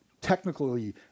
technically